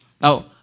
Now